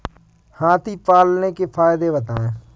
हाथी पालने के फायदे बताए?